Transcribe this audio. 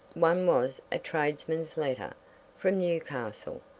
one was a tradesman's letter from newcastle.